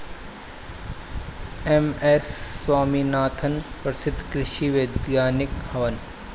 M S Swaminathan प्रसिद्ध कृषि वैज्ञानिक हवन